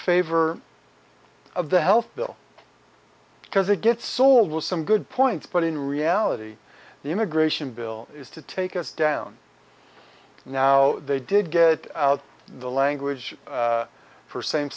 favor of the health bill because it gets sold with some good points but in reality the immigration bill is to take us down now they did get out the language for same